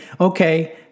okay